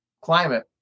climate